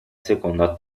seconda